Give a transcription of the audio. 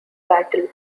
battle